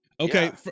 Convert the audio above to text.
Okay